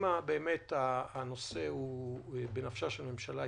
אם הנושא הוא בנפשה של הממשלה,